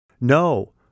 No